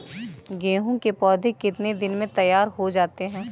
गेहूँ के पौधे कितने दिन में तैयार हो जाते हैं?